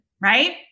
right